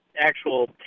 actual